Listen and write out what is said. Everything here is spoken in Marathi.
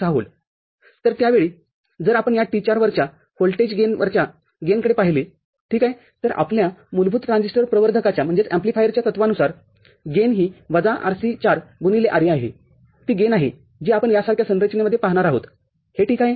६V तर त्या वेळीजर आपण या T४वरच्या व्होल्टेज गेन वरच्या गेनकडे पाहिले ठीक आहे तरआपल्या मूलभूत ट्रान्झिस्टर प्रवर्धकाच्या तत्त्वानुसार गेन ही वजा Rc४ गुणिले Re आहे ही ती गेनआहे जी आपण यासारख्या संरचनेमध्ये पाहणार आहोत हे ठीक आहे